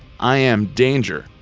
i am danger,